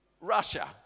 Russia